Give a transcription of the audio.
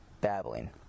babbling